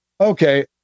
Okay